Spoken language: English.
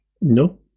No